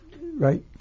right